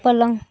पलंग